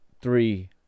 three